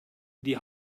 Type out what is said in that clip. die